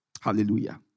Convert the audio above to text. Hallelujah